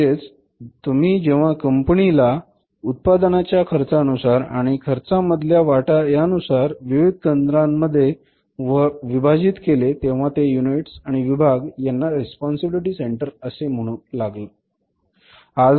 म्हणजे तुम्ही जेव्हा कंपनीला उत्पादनाच्या खर्चानुसार आणि खर्चा मधल्या वाटा यानुसार विविध केंद्रांमध्ये विभाजीत केले तेव्हा ते युनिट्स आणि विभाग यांना रेस्पोंसिबिलिटी सेंटर असे म्हणू लागलात